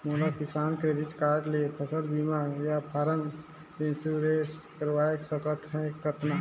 मोला Kisan credit card ले फसल बीमा या क्रॉप इंश्योरेंस करवा सकथ हे कतना?